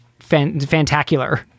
fantacular